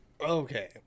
Okay